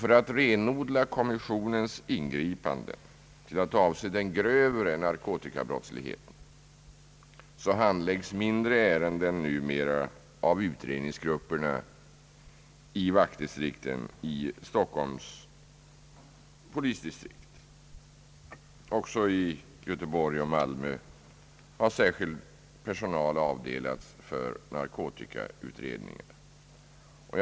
För att renodla kommissionens ingripanden till att avse den grövre narkotikabrottsligheten handläggs mindre ärenden numera av utredningsgrupperna vid vaktdistrikten i Stockholms polisdistrikt. även i Göteborg och Malmö har särskild personal avdelats för narkotikautredningar.